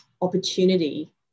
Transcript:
opportunity